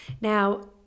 now